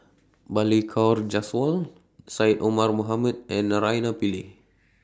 Balli Kaur Jaswal Syed Omar Mohamed and Naraina Pillai